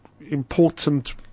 important